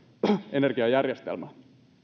energiajärjestelmään